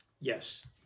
Yes